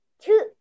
two